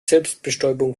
selbstbestäubung